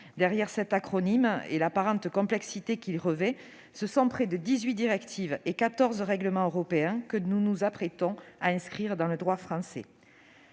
Derrière cet acronyme et l'apparente complexité qu'il revêt, ce sont près de dix-huit directives et quatorze règlements européens que nous nous apprêtons à introduire dans le droit français.